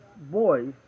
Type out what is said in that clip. boys